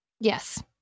Yes